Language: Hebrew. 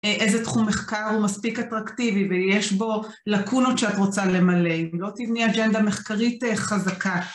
איזה תחום מחקר הוא מספיק אטרקטיבי, ויש בו לקונות שאת רוצה למלא. ולא תבני אג'נדה מחקרית חזקה.